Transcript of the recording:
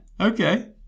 Okay